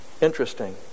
Interesting